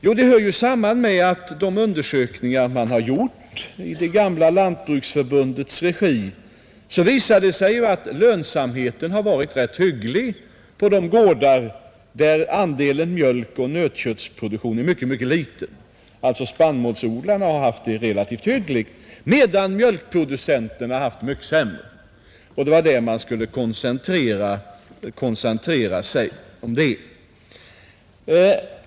Jo, det hör ju samman med att det vid de undersökningar som har gjorts i det gamla lantbruksförbundets regi har visat sig att lönsamheten har varit rätt hygglig på de gårdar där andelen mjölkoch nötköttsproduktion är mycket liten. Spannmålsodlarna har alltså haft det relativt hyggligt, medan mjölkproducenterna har haft det mycket sämre. Det var mjölkproducenterna man skulle koncentrera sig på.